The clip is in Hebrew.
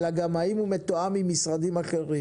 אלא גם אם הוא מתואם עם משרדים אחרים,